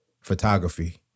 photography